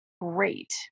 great